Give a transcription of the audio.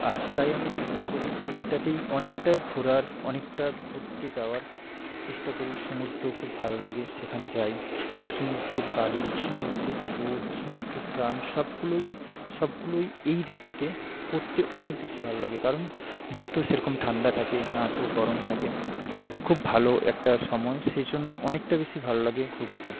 আর তাই আমি প্রেফার করি যে এটাতেই অনেকটা ঘোরার অনেকটা ঘুরতে যাওয়ার চেষ্টা করি সমুদ্র খুব ভালো লাগে সেখানে যাই সমুদ্রের বালি সমুদ্রের স্রোত সমুদ্রের স্নান সবগুলোই সবগুলোই এই ঋতুতে করতে অনেক বেশি ভালো লাগে কারণ না তো সেরকম ঠাণ্ডা থাকে না তো গরম থাকে খুব ভালো একটা সময় সেজন্য অনেকটা বেশি ভালো লাগে ঘুরতে